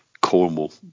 Cornwall